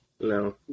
No